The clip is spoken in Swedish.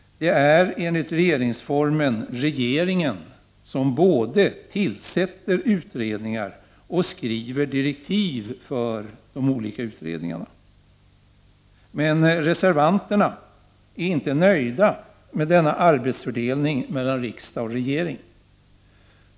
Det är enligt regeringsformen regeringen som både tillsätter utredningar och skriver direktiv för dem. Men reservanterna är inte nöjda med denna arbetsfördelning mellan riksdag och regering.